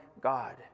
God